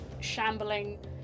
shambling